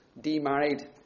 demarried